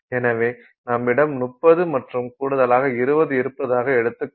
எனவே நம்மிடம் 30 மற்றும் கூடுதலாக 20 இருப்பதாக எடுத்துக்கொள்வோம்